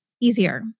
easier